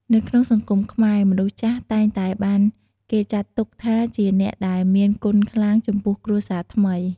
នៅក្នុងសង្គមខ្មែរ មនុស្សចាស់តែងតែបានគេចាត់ទុកថាជាអ្នកដែលមានគុណខ្លាំងចំពោះគ្រួសារថ្មី។